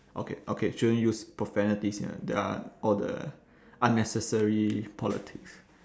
okay okay shouldn't use profanities you know there are all the unnecessary politics